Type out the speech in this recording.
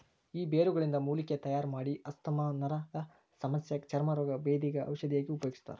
ಈ ಬೇರುಗಳಿಂದ ಮೂಲಿಕೆ ತಯಾರಮಾಡಿ ಆಸ್ತಮಾ ನರದಸಮಸ್ಯಗ ಚರ್ಮ ರೋಗ, ಬೇಧಿಗ ಔಷಧಿಯಾಗಿ ಉಪಯೋಗಿಸ್ತಾರ